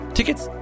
Tickets